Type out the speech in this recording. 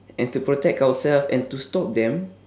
and to protect ourselves and to stop them